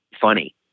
funny